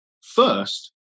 First